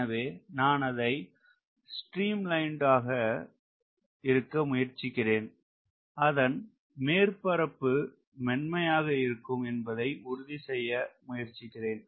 எனவே நான் அதை ஸ்ட்ரீம்லைன் ஆக முயற்சிக்கிறேன் அதன் மேற்பரப்பு மென்மையாக இருக்கும் என்பதை உறுதி செய்ய முயற்சிக்கிறேன்